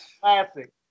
classic